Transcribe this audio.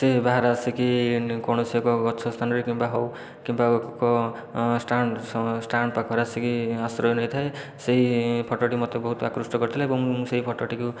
ସେ ବାହାରେ ଆସିକି କୌଣସି ଏକ ଗଛ ସ୍ଥାନରେ କିମ୍ବା ହେଉ କିମ୍ବା ଏକ ଷ୍ଟାଣ୍ଡ ଷ୍ଟାଣ୍ଡ ପାଖରେ ଆସିକି ଆଶ୍ରୟ ନେଇଥାଏ ସେହି ଫଟୋଟି ମୋତେ ବହୁତ ଆକୃଷ୍ଟ କରିଥିଲା ଏବଂ ମୁଁ ସେହି ଫଟୋଟିକୁ